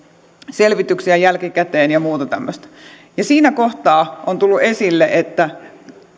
selvityksiä jälkikäteen ja muuta tämmöistä siinä kohtaa on tullut esille että